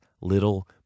little